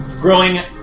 growing